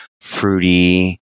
fruity